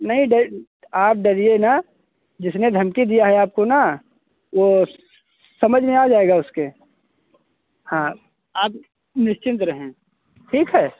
नहीं ड आप डरिए ना जिसने धमकी दिया है आपको ना वो समझ में आ जाएगा उसके हाँ आप निश्चिंत रहें ठीक है